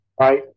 Right